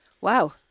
Wow